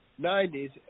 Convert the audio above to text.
90s